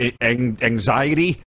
anxiety